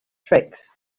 tricks